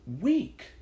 week